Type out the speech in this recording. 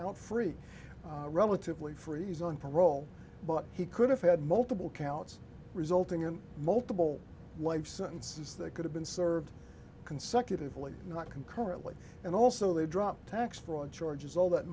want free relatively free zone parole but he could have had multiple counts resulting in multiple life sentences that could have been served consecutively not concurrently and also they dropped tax fraud charges all that